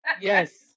Yes